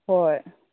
ꯍꯣꯏ